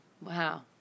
wow